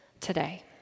today